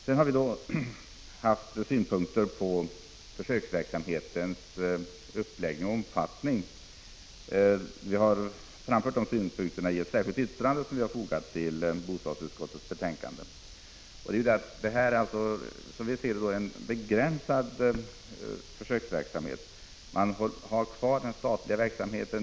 Vi har också haft synpunkter på försöksverksamhetens uppläggning och omfattning. Vi har framfört synpunkterna i ett särskilt yttrande som vi har fogat till bostadsutskottets betänkande. Som vi ser det är detta en begränsad försöksverksamhet. Man har kvar den statliga verksamheten.